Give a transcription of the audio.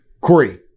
Corey